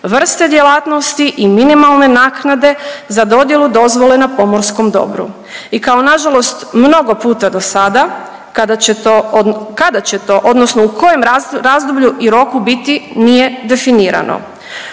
vrste djelatnosti i minimalne naknade za dodjelu dozvole na pomorskom dobru. I kao nažalost mnogo puta dosada kada će to od…, kada će to odnosno u kojem razdoblju i roku biti nije definirano.